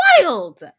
wild